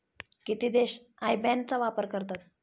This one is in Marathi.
किती देश आय बॅन चा वापर करतात?